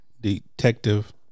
Detective